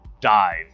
dive